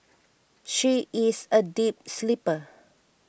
she is a deep sleeper